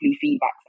feedback